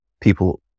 people